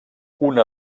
una